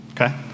Okay